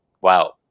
wow